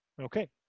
Okay